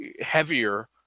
heavier